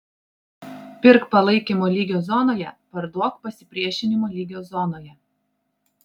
pirk palaikymo lygio zonoje parduok pasipriešinimo lygio zonoje